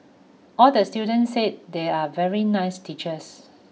all the student said they are very nice teachers